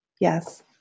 yes